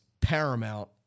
paramount